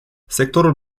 sectorul